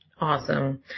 Awesome